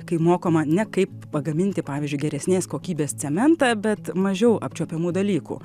kai mokoma ne kaip pagaminti pavyzdžiui geresnės kokybės cementą bet mažiau apčiuopiamų dalykų